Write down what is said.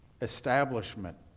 establishment